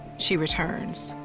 she returns.